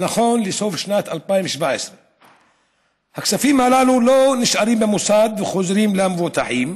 נכון לסוף שנת 2017. הכספים הללו לא נשארים במוסד וחוזרים למבוטחים,